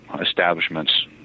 establishments